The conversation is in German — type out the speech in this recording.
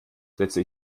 setzte